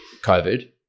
COVID